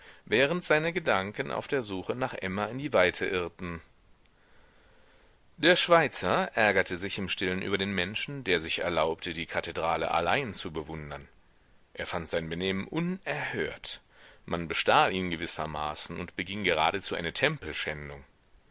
während seine gedanken auf der suche nach emma in die weite irrten der schweizer ärgerte sich im stillen über den menschen der sich erlaubte die kathedrale allein zu bewundern er fand sein benehmen unerhört man bestahl ihn gewissermaßen und beging geradezu eine